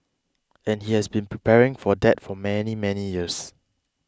and he has been preparing for that for many many years